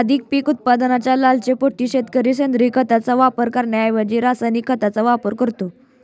अधिक पीक उत्पादनाच्या लालसेपोटी शेतकरी सेंद्रिय खताचा वापर करण्याऐवजी रासायनिक खतांचा वापर करतो